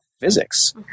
physics